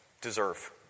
deserve